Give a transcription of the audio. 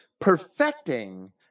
perfecting